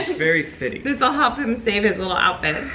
very spitty. this will help him save his little outfits.